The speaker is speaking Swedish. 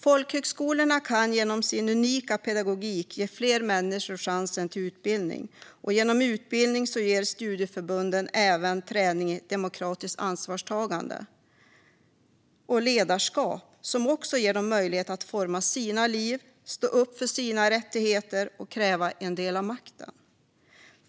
Folkhögskolorna kan genom sin unika pedagogik ge fler människor chansen till utbildning. Genom utbildning via studieförbund får de även träning i demokratiskt ansvarstagande och ledarskap som ger dem möjlighet att forma sina liv, stå upp för sina rättigheter och kräva en del av makten.